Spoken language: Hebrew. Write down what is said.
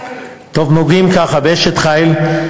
טוב, נוגעים ככה, ב"אשת חיל"